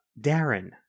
darren